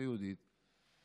היהודית דאז.